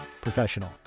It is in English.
professional